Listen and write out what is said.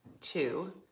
two